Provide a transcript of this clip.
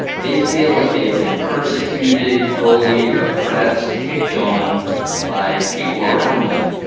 they feel like they've been persecuted, bullied, oppressed, picked on by people around them.